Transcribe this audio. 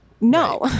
No